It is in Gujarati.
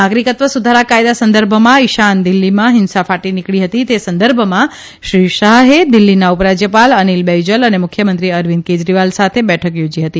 નાગરિકત્વ સુધારા કાયદા સંદર્ભમાં ઇશાન દિલ્હીમાં ફિંસા ફાટી નીકળી હતી તે સંદર્ભમાં શ્રી શાહે દિલ્હીના ઉપરાજયપાલ અનિલ બૈજલ અને મુખ્યમંત્રી અરવિંદ કેજરીવાલ સાથે બેઠક યોજી હતી